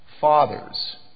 fathers